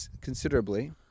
considerably